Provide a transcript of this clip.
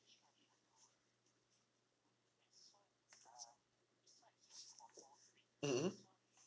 mm